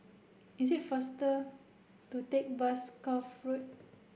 is it faster to take bus Cuff Road